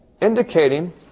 indicating